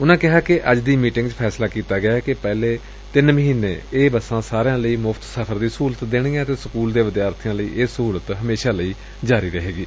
ਉਨਾਂ ਕਿਹਾ ਕਿ ਅੱਜ ਦੀ ਮੀਟਿੰਗ ਵਿਚ ਫੈਸਲਾ ਕੀਤਾ ਗਿਆ ਹੈ ਕਿ ਪਹਿਲੇ ਤਿੰਨ ਮਹੀਨੇ ਇਹ ਬੱਸਾਂ ਸਾਰਿਆਂ ਲਈ ਮੁਫਤ ਸਫਰ ਦੀ ਸਹੁਲਤ ਦੇਣਗੀਆਂ ਅਤੇ ਸਕੁਲ ਵਿਦਿਆਰਥੀਆਂ ਨੁੰ ਇਹ ਸਹੁਲਤ ਸਦਾ ਵਾਸਤੇ ਜਾਰੀ ਰਹੇਗੀ